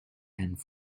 and